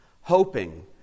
hoping